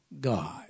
God